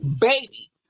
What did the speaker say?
baby